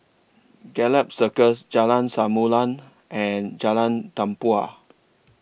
Gallop Circus Jalan Samulun and Jalan Tempua